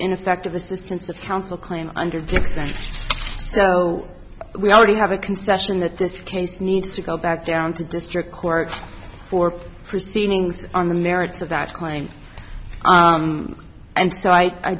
ineffective assistance of counsel claim under dixon so we already have a concession that this case needs to go back down to district court for proceedings on the merits of that claim and so i